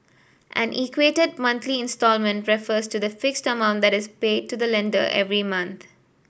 an equated monthly instalment refers to the fixed amount that is paid to the lender every month